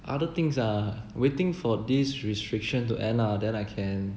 other things ah waiting for this restriction to end ah then I can